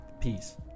peace